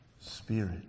Spirit